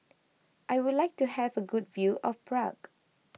I would like to have a good view of Prague